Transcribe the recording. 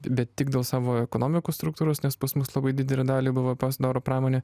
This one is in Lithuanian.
bet tik dėl savo ekonomikos struktūros nes pas mus labai didelę dalį bvp sudaro pramonė